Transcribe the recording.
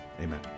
amen